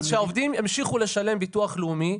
אז שהעובדים ימשיכו לשלם ביטוח לאומי.